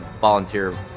volunteer